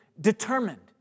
determined